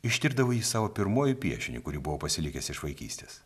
ištirdavau jį savo pirmuoju piešiniu kurį buvau pasilikęs iš vaikystės